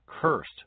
Cursed